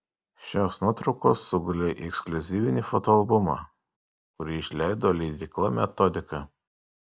šios nuotraukos sugulė į ekskliuzyvinį fotoalbumą kurį išleido leidykla metodika